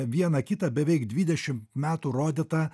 vieną kitą beveik dvidešimt metų rodytą